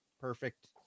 perfect